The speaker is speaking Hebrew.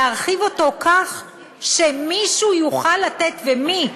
להרחיב אותו כך שמישהו יוכל לתת, ומי?